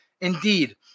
Indeed